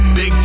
Big